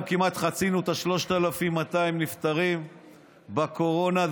כמעט חצינו את ה-3,200 נפטרים בקורונה.